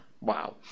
wow